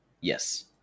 Yes